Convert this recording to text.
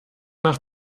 nach